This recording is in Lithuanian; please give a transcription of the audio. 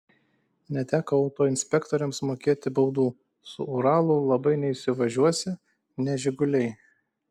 neteko autoinspektoriams mokėti baudų su uralu labai neįsivažiuosi ne žiguliai